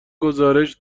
گزارش